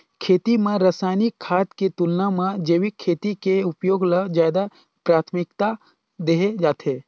खेती म रसायनिक खाद के तुलना म जैविक खेती के उपयोग ल ज्यादा प्राथमिकता देहे जाथे